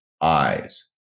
eyes